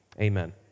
Amen